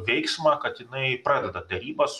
veiksmą kad jinai pradeda derybas